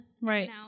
Right